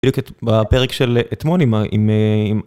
בפרק של אתמול עם ה...